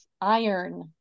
iron